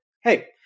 hey